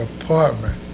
apartment